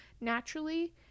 naturally